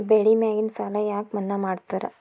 ಬೆಳಿ ಮ್ಯಾಗಿನ ಸಾಲ ಯಾಕ ಮನ್ನಾ ಮಾಡ್ತಾರ?